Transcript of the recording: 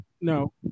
No